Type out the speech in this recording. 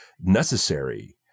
necessary